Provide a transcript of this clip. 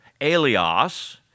alias